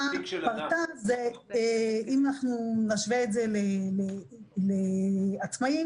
פרטה אם נשווה את זה לעצמאים,